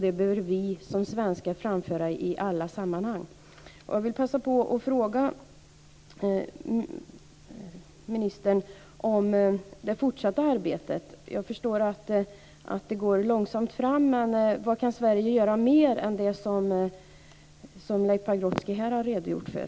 Det behöver vi som svenskar framföra i alla sammanhang. Jag vill passa på att fråga ministern om det fortsatta arbetet. Jag förstår att det går långsamt fram, men vad kan Sverige göra mer än det som Leif Pagrotsky här har redogjort för?